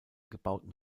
gebauten